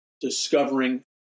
discovering